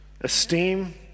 esteem